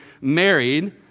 married